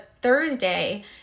Thursday